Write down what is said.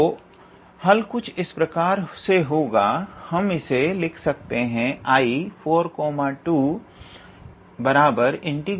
तो हल कुछ इस प्रकार से होगा हम इसे लिख सकते हैं I42∫𝑠𝑖𝑛4𝑥𝑐𝑜𝑠2𝑥𝑑𝑥